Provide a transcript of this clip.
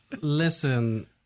Listen